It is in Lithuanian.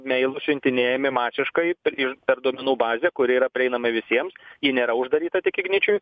meilus siuntinėjami masiškai ir per duomenų bazę kuri yra prieinama visiems ji nėra uždaryta tik igničiui